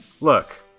look